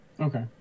Okay